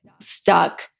stuck